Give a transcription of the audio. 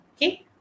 Okay